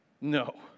No